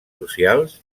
socials